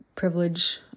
privilege